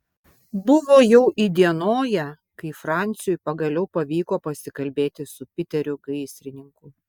buvo jau įdienoję kai franciui pagaliau pavyko pasikalbėti su piteriu gaisrininku